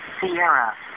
Sierra